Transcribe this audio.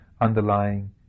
underlying